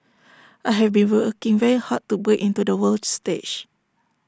I have been working very hard to break into the world stage